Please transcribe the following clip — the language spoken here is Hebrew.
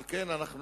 על כן הצענו,